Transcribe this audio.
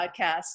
podcast